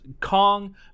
Kong